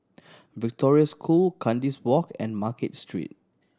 Victoria School Kandis Walk and Market Street